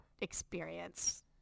experience